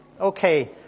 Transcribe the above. Okay